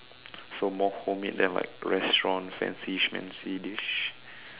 so more homemade than like restaurants fancy fancy dish